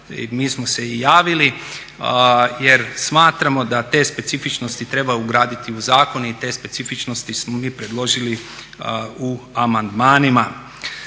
mi smo se i javili jer smatramo da te specifičnosti treba ugraditi u zakon i te specifičnosti smo mi predložili u amandmanima.